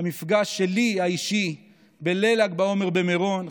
המפגש שלי האישי בליל ל"ג בעומר במירון,